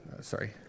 Sorry